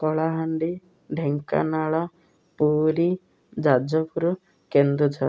Kalahandi Dhenkanal Puri Jajpur Keonjhar